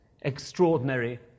Extraordinary